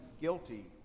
guilty